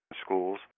schools